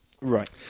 right